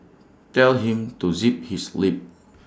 tell him to zip his lip